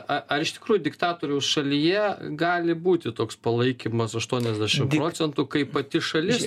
a ar iš tikrųjų diktatoriaus šalyje gali būti toks palaikymas aštuoniasdešim procentų kai pati šalis